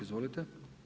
Izvolite.